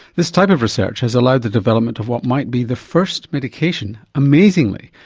this type of research has allowed the development of what might be the first medication, amazingly,